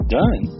done